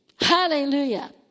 Hallelujah